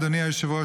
אדוני היושב-ראש,